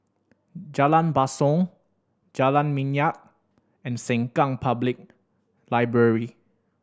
Jalan Basong Jalan Minyak and Sengkang Public Library